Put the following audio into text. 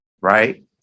right